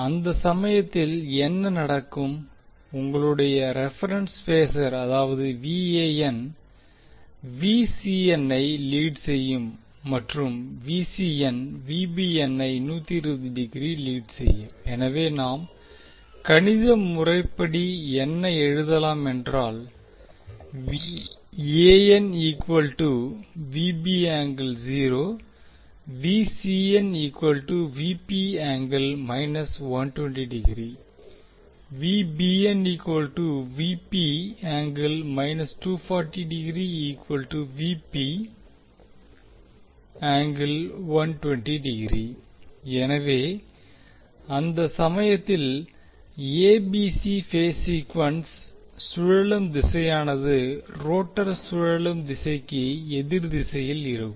அந்த சமயத்தில் என்ன நடக்கும் உங்களுடைய ரெபெரென்ஸ் பேசர் அதாவது ஐ லீட் செய்யும் மற்றும் ஐ 120 டிகிரி லீட் செய்யும் எனவே நாம் கணித முறைப்படி என்ன எழுதலாமென்றால் எனவே அந்த சமயத்தில் A B C phase sequence சுழலும் திசையானது ரோட்டார் சுழலும் திசைக்கு எதிர் திசையில் இருக்கும்